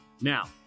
Now